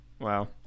wow